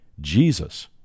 Jesus